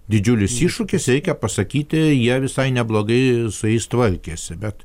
didžiulis iššūkis reikia pasakyti jie visai neblogai su jais tvarkėsi bet